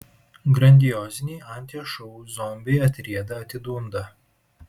grandioziniai anties šou zombiai atrieda atidunda